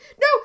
No